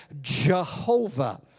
Jehovah